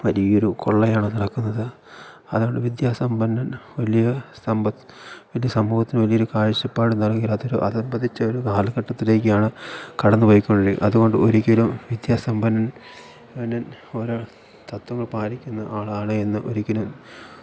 വലിയൊരു കൊള്ളയാണ് നടക്കുന്നത് അതുകൊണ്ട് വിദ്യാസമ്പന്നൻ വലിയ സമൂഹത്തിന് വലിയൊരു കാഴ്ചപ്പാട് നൽകിയാൽ അതൊരു അധ പതിച്ചൊരു കാലഘട്ടത്തിലേക്കാണ് കടന്നുപോയിക്കൊണ്ടിരിക്കുന്നത് അതുകൊണ്ട് ഒരിക്കലും വിദ്യാസമ്പന്നൻ ഓരോ തത്വങ്ങൾ പാലിക്കുന്നയാളാണെന്ന് ഒരിക്കലും